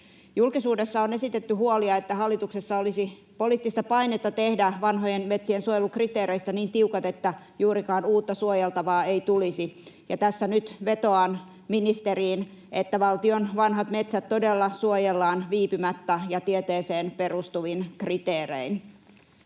Julkisuudessa on esitetty huolia, että hallituksessa olisi poliittista painetta tehdä vanhojen metsien suojelukriteereistä niin tiukat, että juurikaan uutta suojeltavaa ei tulisi. Tässä nyt vetoan ministeriin, että valtion vanhat metsät todella suojellaan viipymättä ja tieteeseen perustuvin kriteerein.